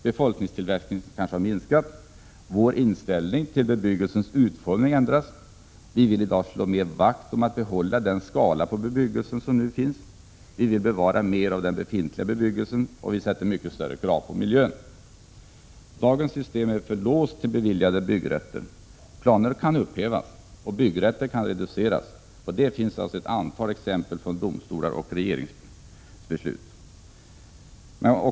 Befolkningstillväxten kanske har minskat, vår inställning till bebyggelsens utformning har ändrats. Vi vill i dag slå mer vakt om den skala på bebyggelsen som finns. Vi vill bevara mer av den befintliga I bebyggelsen och vi ställer mycket större krav på miljön. Dagens system är för låst till beviljade byggrätter. Planer kan upphävas och byggrätter kan reduceras. På det finns ett antal exempel i domstolsutslag och regeringsbeslut.